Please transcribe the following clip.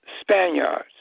Spaniards